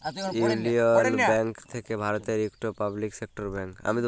ইউলিয়ল ব্যাংক থ্যাকে ভারতের ইকট পাবলিক সেক্টর ব্যাংক